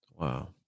Wow